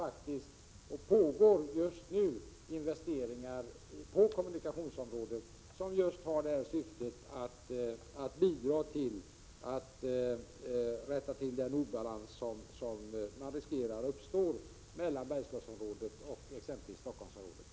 Det pågår just nu investeringar på kommunikationsområdet, vilka har till syfte att bidra till att rätta till de obalanser som riskerar uppstå mellan Bergslagsområdet och exempelvis Stockholmsområdet.